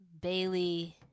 Bailey